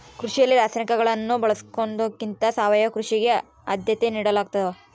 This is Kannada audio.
ಕೃಷಿಯಲ್ಲಿ ರಾಸಾಯನಿಕಗಳನ್ನು ಬಳಸೊದಕ್ಕಿಂತ ಸಾವಯವ ಕೃಷಿಗೆ ಆದ್ಯತೆ ನೇಡಲಾಗ್ತದ